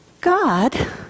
God